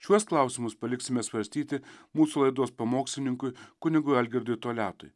šiuos klausimus paliksime svarstyti mūsų laidos pamokslininkui kunigui algirdui toliatui